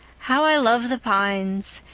how i love the pines!